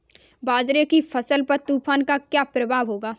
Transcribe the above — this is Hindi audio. बाजरे की फसल पर तूफान का क्या प्रभाव होगा?